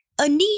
Anish